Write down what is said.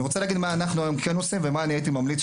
אני רוצה להגיד מה אנחנו היום כן עושים ומה הייתי ממליץ,